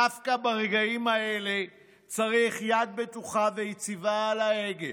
דווקא ברגעים האלה צריך יד בטוחה ויציבה על ההגה,